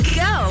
go